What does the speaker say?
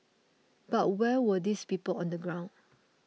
but where were these people on the ground